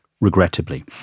regrettably